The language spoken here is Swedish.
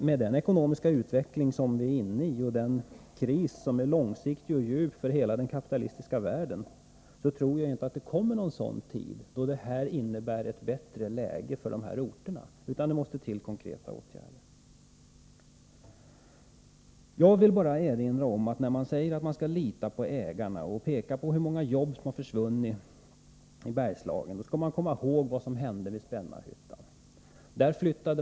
Med den ekonomiska utveckling som vi är inne i och den kris som är långsiktig och djup för hela den kapitalistiska världen tror jag inte att det kommer någon tid som innebär ett bättre läge för de här orterna utan att det är konkreta åtgärder som måste till. Nr 80 När man säger att man skall lita på ägarna och pekar på hur många jobb Måndagen den som har försvunnit i Bergslagen skall man komma ihåg vad som hände i 13 februari 1984 Spännarhyttan.